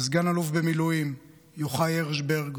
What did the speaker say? סגן אלוף במילואים יוחאי הרשברג